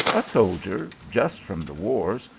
a soldier, just from the wars,